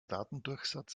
datendurchsatz